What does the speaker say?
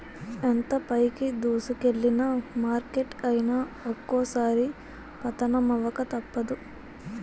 ఎంత పైకి దూసుకెల్లిన మార్కెట్ అయినా ఒక్కోసారి పతనమవక తప్పదు